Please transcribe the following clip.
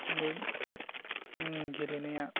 बे गेलेनाया